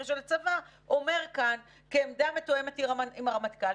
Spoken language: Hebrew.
של הצבא אומר כאן כעמדה מתואמת עם הרמטכ"ל,